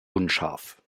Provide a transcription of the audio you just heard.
unscharf